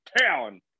town